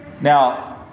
Now